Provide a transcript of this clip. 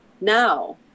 now